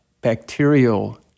bacterial